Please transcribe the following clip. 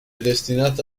destinato